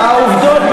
העובדות,